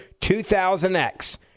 2000X